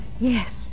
Yes